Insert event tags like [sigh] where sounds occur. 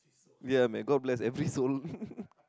ya man god bless every soul [laughs]